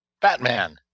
Batman